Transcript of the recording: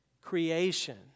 creation